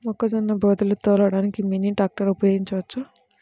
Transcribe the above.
మొక్కజొన్న బోదెలు తోలడానికి మినీ ట్రాక్టర్ ఉపయోగించవచ్చా?